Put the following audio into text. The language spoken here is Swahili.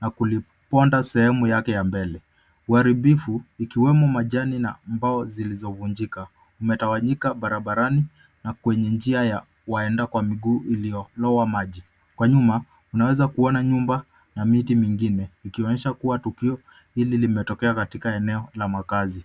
na kuliponda sehemu yake ya mbele. Uharibifu ikiwemo majani na mbao zilizovunjika umetawanyika barabarani na kwenye njia ya waenda kwa miguu iliyolowa maji. Kwa nyuma unaweza kuona nyumba na miti mingine ikionyesha kuwa tukio hili limetokea katika eneo la makazi.